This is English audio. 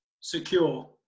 secure